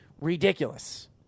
ridiculous